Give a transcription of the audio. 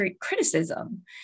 criticism